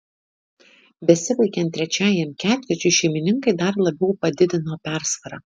besibaigiant trečiajam ketvirčiui šeimininkai dar labiau padidino persvarą